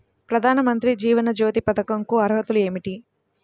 ప్రధాన మంత్రి జీవన జ్యోతి పథకంకు అర్హతలు ఏమిటి?